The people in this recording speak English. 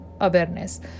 awareness